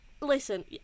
listen